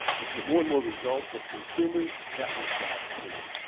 if we get more and more results of consumers that will drive opinion.